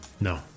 No